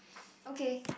okay